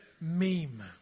meme